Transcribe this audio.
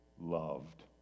loved